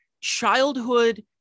childhood